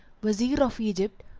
wazir of egypt,